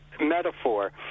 metaphor